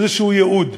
איזה ייעוד,